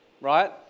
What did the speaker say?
Right